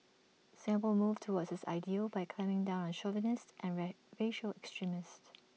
Singapore moved towards this ideal by clamping down on chauvinists and ran racial extremists